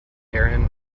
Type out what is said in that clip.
aaron